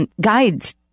Guides